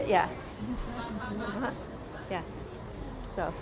it yeah yeah so